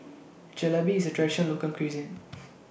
Jalebi IS Traditional Local Cuisine